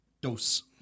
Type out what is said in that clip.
Dose